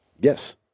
Yes